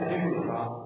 הם ישיבו לך,